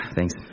Thanks